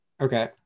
Okay